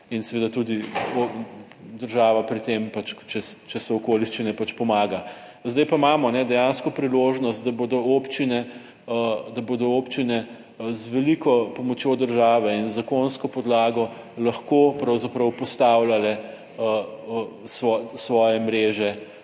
in seveda tudi država pri tem pač, če so okoliščine, pač pomaga. Zdaj pa imamo dejansko priložnost, da bodo občine da bodo občine z veliko pomočjo države in zakonsko podlago lahko pravzaprav postavljale svoje mreže